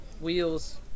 Wheels